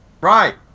Right